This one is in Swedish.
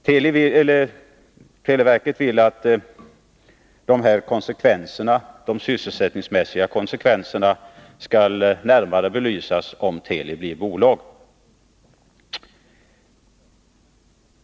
Televerket vill att de sysselsättningsmässiga konsekvenserna om Teli blir bolag skall närmare belysas.